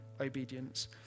obedience